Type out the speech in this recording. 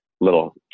little